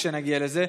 כשנגיע לזה,